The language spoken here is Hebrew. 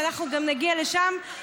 ואנחנו נגיד לשם,